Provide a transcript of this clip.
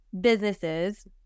businesses